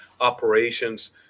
operations